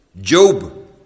Job